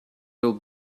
will